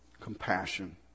compassion